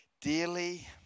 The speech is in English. dearly